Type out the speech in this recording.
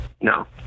no